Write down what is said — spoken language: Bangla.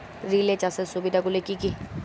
রিলে চাষের সুবিধা গুলি কি কি?